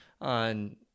on